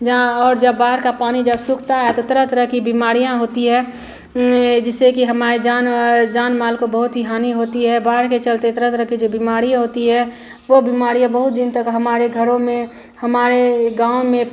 जहाँ और जब बाढ़ का पानी जब सूखता है तो तरह तरह की बीमारियाँ होती हैं जिससे कि हमारे जान व जान माल को बहुत ही हानि होती है बाढ़ के चलते तरह तरह की जो बीमारियाँ होती हैं वह बीमारियाँ बहुत दिन तक हमारे घरों में हमारे गाँव में